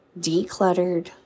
decluttered